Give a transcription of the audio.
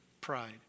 pride